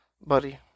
Buddy